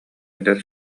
эдэр